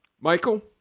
Michael